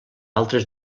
altres